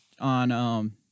on